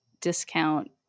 discount